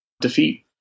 defeat